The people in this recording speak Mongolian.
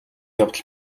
явдал